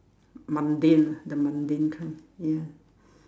mundane ah the mundane kind ya